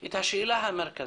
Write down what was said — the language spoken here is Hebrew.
את השאלה המרכזית: